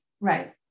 right